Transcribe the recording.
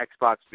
Xbox